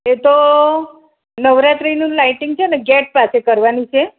એ તો નવરાત્રીનું લાઇટિંગ છે ને ગેટ પાસે કરવાનું છે